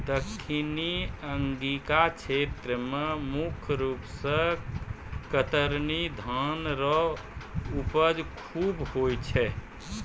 दक्खिनी अंगिका क्षेत्र मे मुख रूप से कतरनी धान रो उपज खूब होय छै